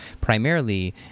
primarily